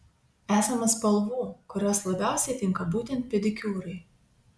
esama spalvų kurios labiausiai tinka būtent pedikiūrui